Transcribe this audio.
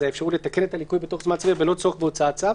זו האפשרות לתקן את הליקוי בתוך זמן סביר בלא צורך בהוצאת צו.